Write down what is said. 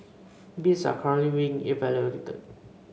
bids are currently being evaluated